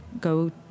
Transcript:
go